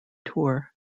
tour